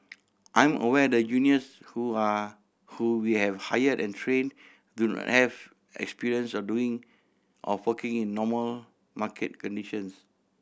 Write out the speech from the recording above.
I'm aware the juniors who are who we have hired and trained don't have experience of doing of working in normal market conditions